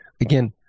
again